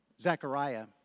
Zechariah